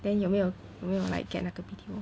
then 有没有有没有 like get 那个 B_T_O